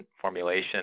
formulation